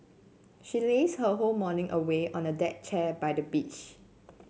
she lazed her whole morning away on a deck chair by the beach